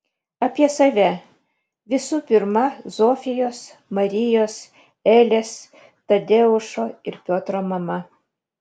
apie save visų pirma zofijos marijos elės tadeušo ir piotro mama